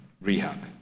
rehab